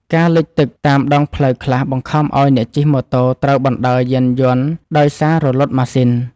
ការលិចទឹកតាមដងផ្លូវខ្លះបង្ខំឱ្យអ្នកជិះម៉ូតូត្រូវបណ្ដើរយានយន្តដោយសាររលត់ម៉ាស៊ីន។